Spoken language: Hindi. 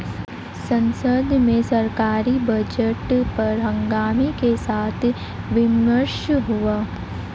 संसद में सरकारी बजट पर हंगामे के साथ विमर्श हुआ